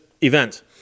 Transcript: event